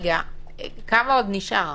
כמה עוד נשאר?